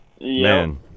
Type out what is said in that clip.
Man